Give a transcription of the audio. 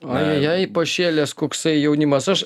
ojejei pašėlęs koksai jaunimas aš